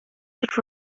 could